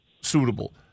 suitable